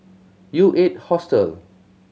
U Eight Hostel